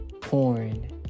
porn